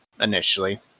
initially